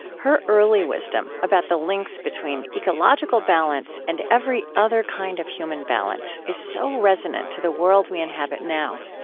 her early wisdom about the links between ecological balance and every other kind of human balance is so resonant to the world we inhabit now.